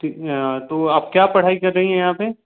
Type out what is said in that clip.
ठीक तो आप क्या पढ़ाई कर रही हैं यहाँ पेर